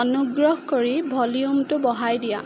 অনুগ্ৰহ কৰি ভলিউমটো বঢ়াই দিয়া